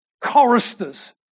choristers